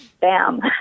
bam